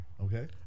Okay